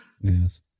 Yes